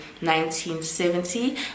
1970